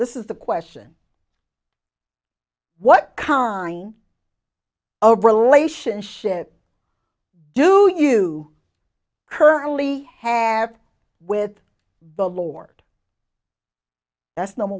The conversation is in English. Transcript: this is the question what kind of relationship do you currently have with the lord that's number